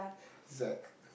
Zack